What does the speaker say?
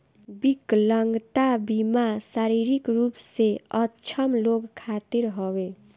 विकलांगता बीमा शारीरिक रूप से अक्षम लोग खातिर हवे